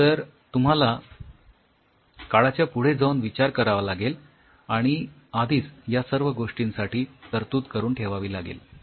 तर तुम्हाला काळाच्या पुढे जाऊन विचार करावा लागेल आणि आधीच या सर्व गोष्टींसाठी तरतूद करून ठेवावी लागेल